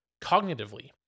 cognitively